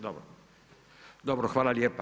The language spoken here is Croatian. Dobro, dobro, hvala lijepa.